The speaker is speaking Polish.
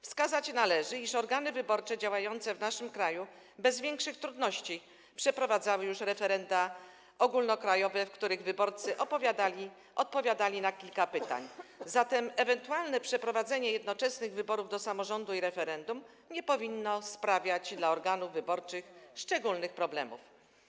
Wskazać należy, iż organy wyborcze działające w naszym kraju bez większych trudności przeprowadzały już referenda ogólnokrajowe, w których wyborcy odpowiadali na kilka pytań, zatem ewentualne jednoczesne przeprowadzenie wyborów do samorządu i referendum nie powinno sprawiać organom wyborczym szczególnych problemów.